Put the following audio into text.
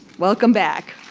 welcome back.